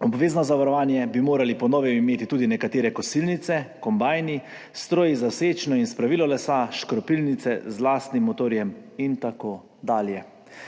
Obvezno zavarovanje bi morale po novem imeti tudi nekatere kosilnice, kombajni, stroji za sečnjo in spravilo lesa, škropilnice z lastnim motorjem in tako dalje.